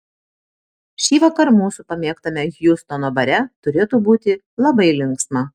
šįvakar mūsų pamėgtame hjustono bare turėtų būti labai linksma